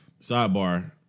Sidebar